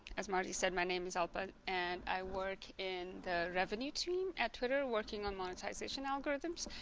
as marti said my name is alpa and i work in the revenue team at twitter working on monetization algorithms